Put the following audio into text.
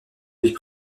ville